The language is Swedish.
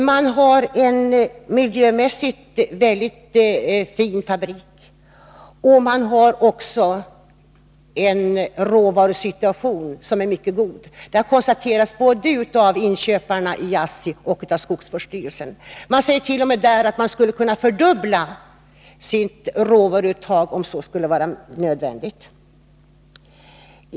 Man har en mycket bra fabrik när det gäller miljön, och man har också en råvarusituation som är mycket god. Detta har konstaterats både av inköparna i ASSI och av skogsvårdsstyrelsen. De säger att man t.o.m. skulle kunna fördubbla sitt råvaruuttag om det skulle vara nödvändigt.